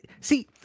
See